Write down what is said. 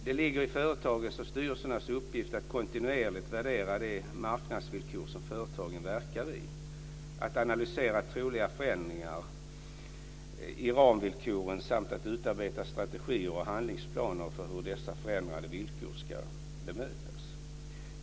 Det ligger i företagens och styrelsernas uppgift att kontinuerligt värdera de marknadsvillkor som företagen verkar i, att analysera troliga förändringar i ramvillkoren samt att utarbeta strategier och handlingsplaner för hur dessa förändrade villkor ska bemötas.